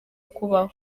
kubaho